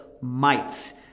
mites